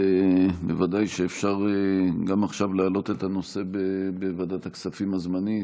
בוודאי שאפשר גם עכשיו להעלות את הנושא בוועדת הכספים הזמנית.